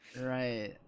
Right